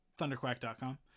Thunderquack.com